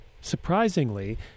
surprisingly